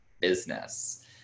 business